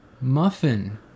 Muffin